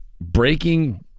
Breaking